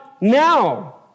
now